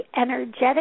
energetic